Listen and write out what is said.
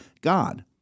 God